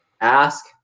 ask